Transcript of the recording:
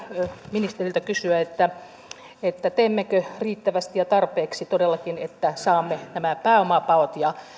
ministeriltä kysyä teemmekö riittävästi ja tarpeeksi todellakin että saamme nämä pääomapaot ja